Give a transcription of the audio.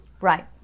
right